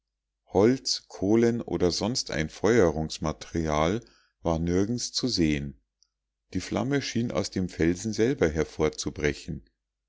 holz kohlen oder sonst ein feuerungsmaterial war nirgends zu sehen die flamme schien aus dem felsen selber hervorzubrechen